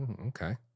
Okay